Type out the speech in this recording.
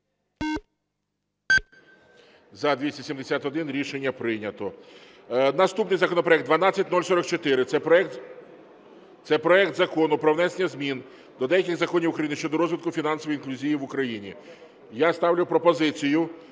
За-271 Рішення прийнято. Наступний законопроект 12044. Це проект Закону про внесення змін до деяких законів України щодо розвитку фінансової інклюзії в Україні. Я ставлю пропозицію